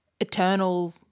eternal